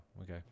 okay